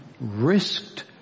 risked